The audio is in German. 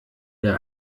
der